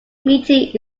meeting